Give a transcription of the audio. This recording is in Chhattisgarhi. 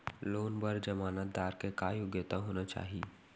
लोन बर जमानतदार के का योग्यता होना चाही?